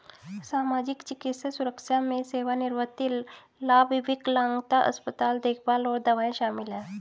सामाजिक, चिकित्सा सुरक्षा में सेवानिवृत्ति लाभ, विकलांगता, अस्पताल देखभाल और दवाएं शामिल हैं